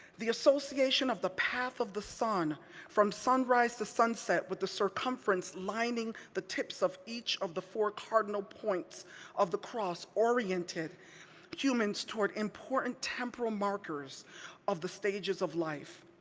the association of the path of the sun from sunrise to sunset, with the circumference lining the tips of each of the four cardinal points of the cross, oriented humans toward important temporal markers of the stages of life.